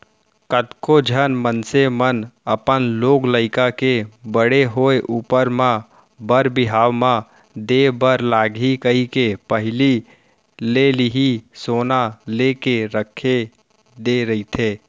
कतको झन मनसे मन अपन लोग लइका के बड़े होय ऊपर म बर बिहाव म देय बर लगही कहिके पहिली ले ही सोना लेके रख दे रहिथे